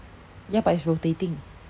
ya but it's rotating